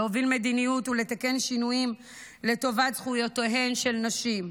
להוביל מדיניות ולתקן שינויים לטובת זכויותיהן של נשים,